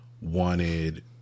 wanted